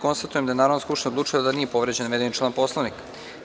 Konstatujem da je Narodna skupština odlučila da nije povređen navedeni član Poslovnika.